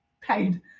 paid